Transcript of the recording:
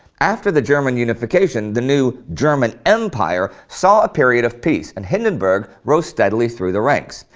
after the german unification, the new german empire saw a period of peace and hindenburg rose steadily through the ranks.